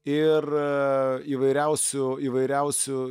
ir įvairiausių įvairiausių